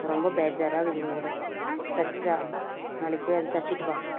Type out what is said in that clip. இப்போ ரொம்ப பேஜாராக இருக்குது உன்கூட தச்சா நாளைக்குப் போய் அதை தச்சிட்டு வா